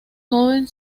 joven